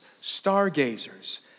stargazers